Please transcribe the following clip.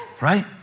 Right